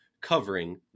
covering